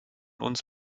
uns